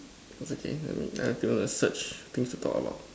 it's okay I mean I have to search things to talk about